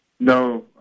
No